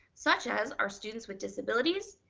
such as our students with disabilities,